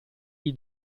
gli